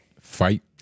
fight